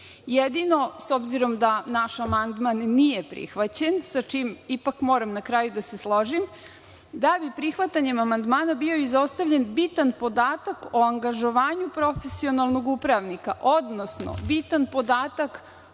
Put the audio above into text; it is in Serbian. Jedino, s obzirom, da naš amandman nije prihvaćen sa čim ipak moram na kraju da se složim, da bi prihvatanje amandmana bio izostavljen bitan podatak o angažovanju profesionalnog upravnika, odnosno bitan podatak